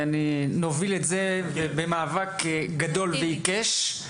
נוביל את זה במאבק גדול ועיקש.